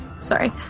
Sorry